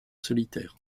solitaire